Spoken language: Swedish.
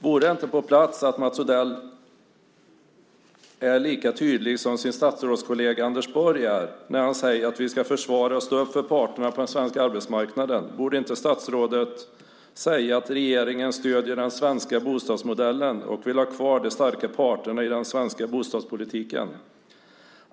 Vore det inte på sin plats att Mats Odell är lika tydlig som sin statsrådskollega Anders Borg är när han säger att vi ska försvara och stå upp för parterna på den svenska arbetsmarknaden? Borde inte statsrådet säga att regeringen stöder den svenska bostadsmodellen och vill ha kvar de starka parterna i den svenska bostadspolitiken?